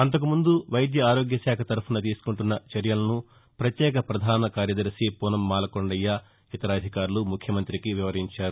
అంతకు ముందు వైద్యఆరోగ్యశాఖ తరఫున తీసుకుంటున్న చర్యలను ప్రత్యేక ప్రధాన కార్యదర్శి పూనం మాలకొండయ్య ఇతర అధికారులు ముఖ్యమంతికి వివరించారు